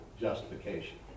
justification